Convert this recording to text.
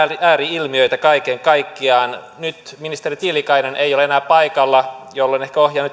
ääri ilmiöitä kaiken kaikkiaan nyt ministeri tiilikainen ei ole enää paikalla jolloin ehkä ohjaan